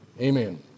Amen